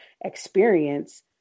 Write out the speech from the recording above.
experience